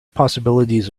possibilities